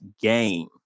game